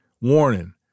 Warning